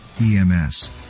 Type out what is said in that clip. EMS